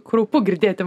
kraupu girdėti